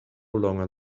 longer